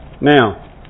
Now